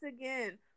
again